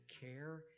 care